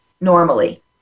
normally